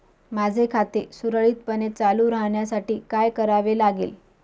माझे खाते सुरळीतपणे चालू राहण्यासाठी काय करावे लागेल?